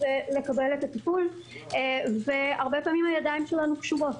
לקבל את הטיפול והרבה פעמים הידיים שלנו קשורות.